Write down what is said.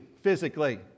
physically